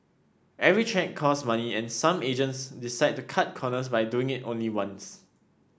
every check costs money and some agents decide to cut corners by doing it only once